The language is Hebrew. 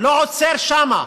לא עוצר שם.